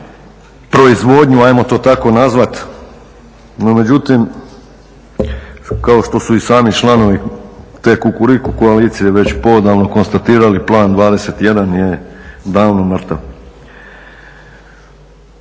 proizvodnju, ajmo to tako nazvati, no međutim kao što su i sami članovi te Kukuriku koalicije već poodavno konstatirali Plan 21 je davno mrtav.